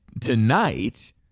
tonight